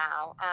now